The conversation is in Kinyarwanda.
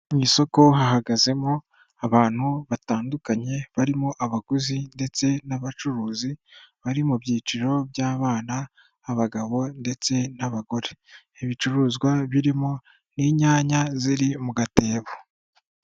Mu isoko hahagazemo abantu batandukanye barimo abaguzi ndetse n'abacuruzi bari mu byiciro by'abana, abagabo ndetse n'abagore ibicuruzwa birimo n'inyanya ziri mu gatebo.